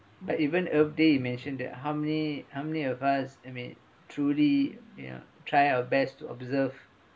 but even earth day you mentioned that how many how many of us I mean truly ya try our best to observe